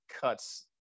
cuts